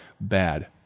bad